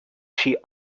she